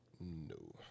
No